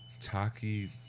Taki